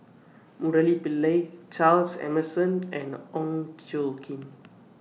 Murali Pillai Charles Emmerson and Ong Tjoe Kim